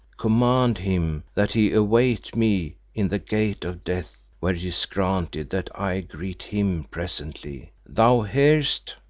command him that he await me in the gate of death where it is granted that i greet him presently. thou hearest?